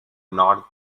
north